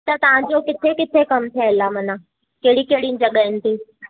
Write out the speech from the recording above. त तव्हांजो किथे किथे कमु ठहियल आहे माना कहिड़ी कहिड़ी जॻहयुनि ते